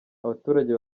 abaturage